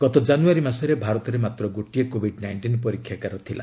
ଗତ ଜାନୁଆରୀ ମାସରେ ଭାରତରେ ମାତ୍ର ଗୋଟିଏ କୋଭିଡ୍ ନାଇଷ୍ଟିନ୍ ପରୀକ୍ଷାଗାର ଥିଲା